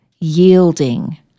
yielding